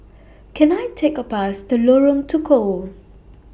Can I Take A Bus to Lorong Tukol